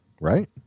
right